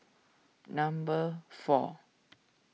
number four